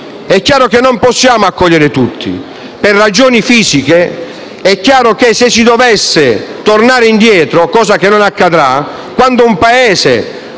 È chiaro che non possiamo accogliere tutti, per ragioni fisiche; è chiaro il rischio se si dovesse tornare indietro, cosa che non accadrà. Quando infatti